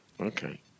Okay